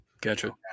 gotcha